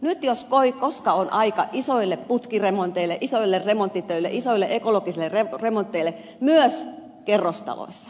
nyt jos koskaan on aika isoille putkiremonteille isoille remonttitöille isoille ekologisille remonteille myös kerrostaloissa